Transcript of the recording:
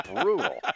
Brutal